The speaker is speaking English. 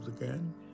again